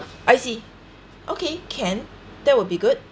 I see okay can that will be good